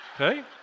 Okay